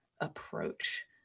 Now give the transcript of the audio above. approach